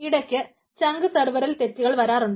ഇടക്ക് ചങ്ക് സർവറിൽ തെറ്റുകൾ വരാറുണ്ട്